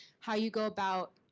how you go about,